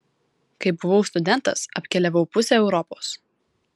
kai buvau studentas apkeliavau pusę europos